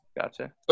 Gotcha